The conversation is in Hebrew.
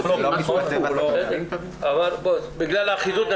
בגלל האחידות,